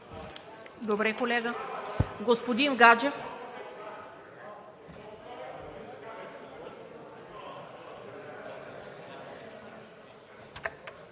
Добре, колега. Господин Гаджев.